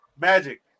Magic